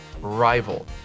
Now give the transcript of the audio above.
rival